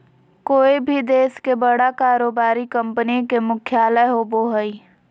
कोय भी देश के बड़ा कारोबारी कंपनी के मुख्यालय होबो हइ